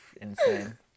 insane